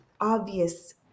obvious